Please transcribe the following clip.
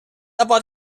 about